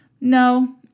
No